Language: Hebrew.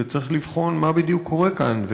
וצריך לבחון מה בדיוק קורה כאן,